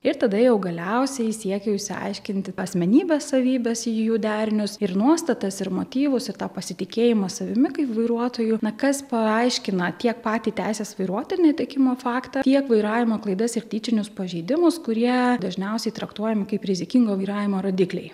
ir tada jau galiausiai siekiau išsiaiškinti asmenybės savybes jų derinius ir nuostatas ir motyvus ir tą pasitikėjimo savimi kaip vairuotojų na kas paaiškina tiek patį teisės vairuoti netekimo faktą tiek vairavimo klaidas ir tyčinius pažeidimus kurie dažniausiai traktuojami kaip rizikingo vairavimo rodikliai